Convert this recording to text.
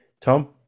Tom